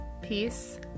Peace